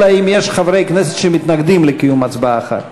אלא אם כן יש חברי כנסת שמתנגדים לקיום הצבעה אחת.